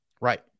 Right